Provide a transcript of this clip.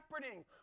shepherding